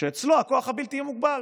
שאצלו הכוח הבלתי-מוגבל,